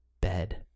bed